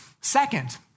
Second